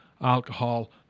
alcohol